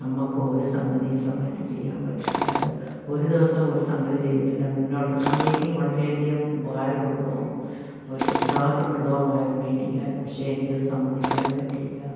നമ്മള്ക്ക് ഒരു സംഗതിയെ സമയത്ത് ചെയ്യാൻ പറ്റത്തില്ല അത് ഒരു ദിവസം ഒരു സംഗതി ചെയ്തില്ലെങ്കിൽ മുന്നോട്ടുള്ള ആ മീറ്റിംഗ് വളരെയധികം ഉപകാരപ്രദവും ഒരു ഉത്തരവാദിത്വപ്രദവും ആയൊരു മീറ്റിംഗായിരുന്നു പക്ഷേ എനിക്കത് സംബന്ധിക്കാനും പറ്റിയില്ല